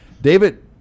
David